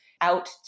out